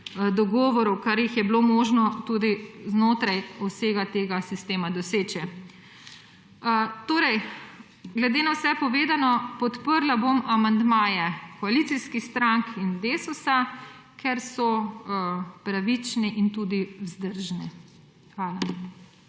dogovorov, kar jih je bilo možno znotraj vsega tega sistema doseči. Glede na vse povedano bom podprla amandmaje koalicijskih strank in Desusa, ker so pravični in tudi vzdržni. Hvala.